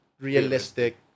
realistic